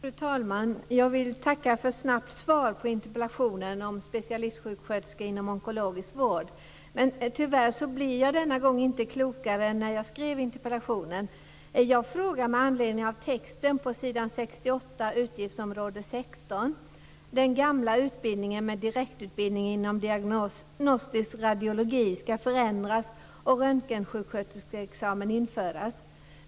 Fru talman! Jag vill tacka för ett snabbt svar på interpellationen om specialistsjuksköterskor inom onkologisk vård. Tyvärr blir jag denna gång inte klokare än vad jag var när jag skrev interpellationen. Jag frågar med anledning av texten på s. 68, utgiftsområde 16. Den gamla utbildningen med direktutbildning inom diagnostisk radiologi ska förändras och röntgensjuksköterskeexamen införas.